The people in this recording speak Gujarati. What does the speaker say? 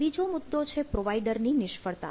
બીજો મુદ્દો છે પ્રોવાઇડરની નિષ્ફળતા